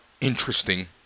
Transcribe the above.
interesting